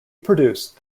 produced